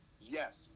yes